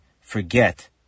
forget